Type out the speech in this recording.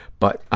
but ah